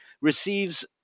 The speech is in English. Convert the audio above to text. receives